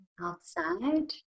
outside